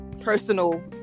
personal